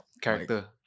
character